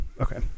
okay